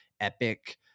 epic